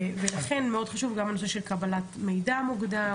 ולכן מאוד חשוב גם הנושא של קבלת מידע מוקדם.